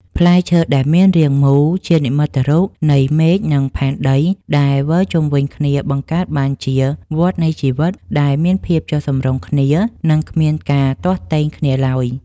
ផ្លែឈើដែលមានរាងមូលជានិមិត្តរូបនៃមេឃនិងផែនដីដែលវិលជុំវិញគ្នាបង្កើតបានជាវដ្តនៃជីវិតដែលមានភាពចុះសម្រុងគ្នា និង គ្មានការទាស់ទែងគ្នាឡើយ។